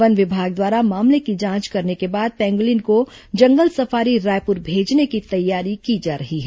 one विभाग द्वारा मामले की जांच करने के बाद पेंगुलिन को जंगल सफारी रायपुर भेजने की तैयारी की जा रही है